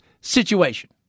situation